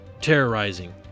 Terrorizing